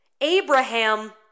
Abraham